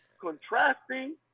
contrasting